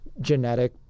genetic